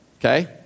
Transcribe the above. Okay